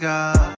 God